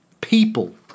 people